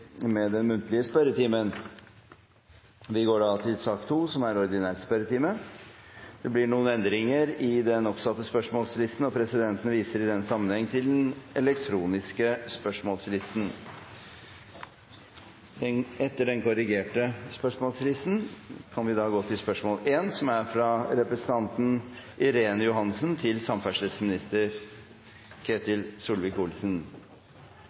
med den muntlige spørretimen, og vi går over til den ordinære spørretimen. Det blir noen endringer i den oppsatte spørsmålslisten. Presidenten viser i den sammenheng til den elektroniske spørsmålslisten. De foreslåtte endringene foreslås godkjent. – Det anses vedtatt. Endringene var som følger: Spørsmål 2, fra representanten Hege Haukeland Liadal til